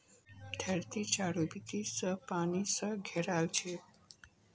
धरती चारों बीती स पानी स घेराल छेक